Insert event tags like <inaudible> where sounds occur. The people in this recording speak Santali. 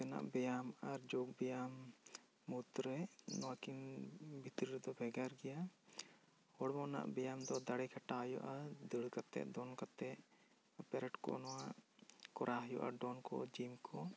ᱦᱚᱲᱢᱚ ᱛᱮᱱᱟᱜ ᱵᱮᱭᱟᱢ ᱟᱨ ᱡᱳᱜᱽ ᱵᱮᱭᱟᱢ ᱢᱩᱫᱽᱨᱮ ᱱᱚᱣᱟᱠᱤᱱ ᱵᱷᱤᱛᱤᱨ ᱨᱮ ᱫᱚ ᱵᱷᱮᱜᱟᱨ ᱜᱮᱭᱟ ᱦᱚᱲᱢᱚ ᱨᱮᱱᱟᱜ ᱵᱮᱭᱟᱢ ᱫᱚ ᱫᱟᱲᱮ ᱠᱷᱟᱴᱟᱣ ᱦᱩᱭᱩᱜᱼᱟ ᱟᱨ ᱫᱟᱹᱲ ᱠᱟᱛᱮ ᱫᱚᱱ ᱠᱟᱛᱮ ᱮᱯᱮᱨᱦᱮᱰ <unintelligible> ᱠᱚ ᱠᱚᱨᱟᱣ ᱦᱩᱭᱩᱜᱼᱟ ᱰᱚᱢ ᱠᱚ ᱡᱤᱢ ᱠᱚ